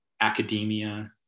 academia